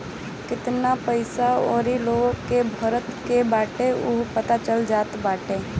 केतना पईसा अउरी लोन के भरे के बाटे उहो पता चल जात बाटे